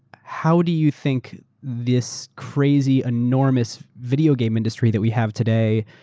how do you think this crazy enormous video game industry that we have today?